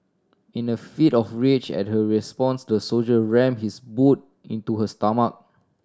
in a fit of rage at her response the soldier rammed his boot into her stomach